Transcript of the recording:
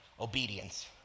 obedience